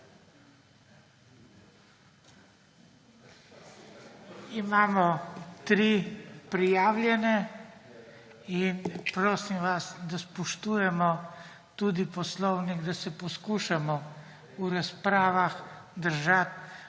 Imamo tri prijavljene. Prosim vas, da spoštujemo tudi poslovnik, da se poskušamo v razpravah držati